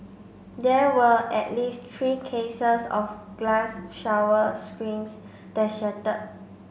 there were at least three cases of glass shower screens that shattered